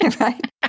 right